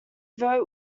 vote